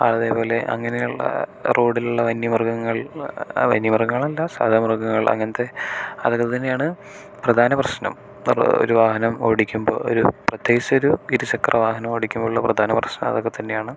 അതേപോലെ അങ്ങനെയുള്ള റോഡിലുള്ള വന്യ മൃഗങ്ങൾ വന്യ മൃഗങ്ങളല്ല സാധാ മൃഗങ്ങൾ അങ്ങനെത്തെ അതൊക്കെത്തന്നെയാണ് പ്രധാന പ്രശ്നം ഒരു വാഹനം ഓടിക്കുമ്പോൾ ഒരു പ്രത്യേകിച്ചൊരു ഇരുചക്ര വാഹനം ഓടിക്കുമ്പോൾ ഉള്ള പ്രധാന പ്രശ്നം അതൊക്കെത്തന്നെയാണ്